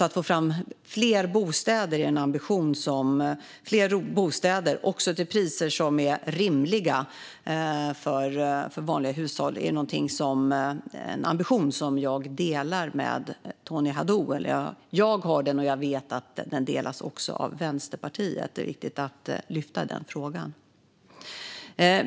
Att få fram fler bostäder till priser som är rimliga för vanliga hushåll är alltså en ambition som jag delar med Tony Haddou och Vänsterpartiet. Det är viktigt att lyfta den frågan.